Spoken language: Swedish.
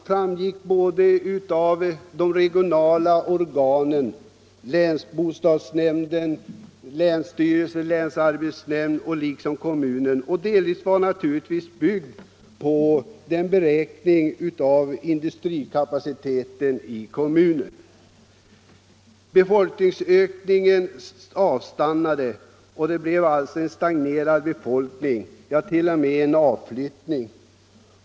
Prognoserna hade gjorts av regionala organ, länsbostadsnämnden, länsstyrelsen, länsarbetsnämnden samt kommunen och byggde naturligtvis delvis på en beräkning av industrikapaciteten i kommunen. Befolkningsökningen avstannade emellertid och det blev en stagnerad befolkning — ja, det skedde t.o.m. en avflyttning.